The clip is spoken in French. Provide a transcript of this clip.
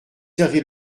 servi